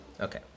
Okay